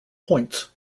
points